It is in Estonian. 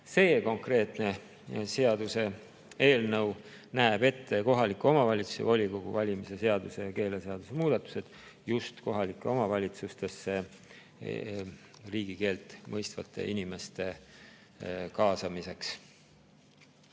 See konkreetne seaduseelnõu näeb ette kohaliku omavalitsuse volikogu valimise seaduse ja keeleseaduse muudatused just kohalikes omavalitsustes riigikeelt mõistvate inimeste kaasamiseks.